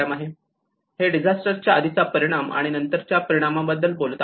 हे डिझास्टर च्या आधीचा परिणाम आणि नंतरच्या परिणामाबद्दल बोलत आहेत